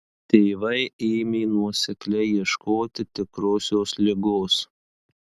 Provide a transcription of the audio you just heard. tėvai ėmė nuosekliai ieškoti tikrosios ligos